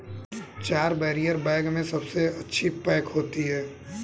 चाय barrier bag में सबसे अच्छी पैक होती है